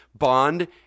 bond